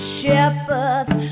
shepherds